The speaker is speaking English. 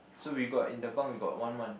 so we got in the bunk we got one month